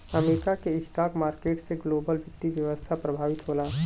America के stock market से global वित्तीय व्यवस्था प्रभावित होला